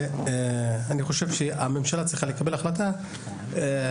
ואני חושב שהממשלה צריכה לקבל החלטה כללית,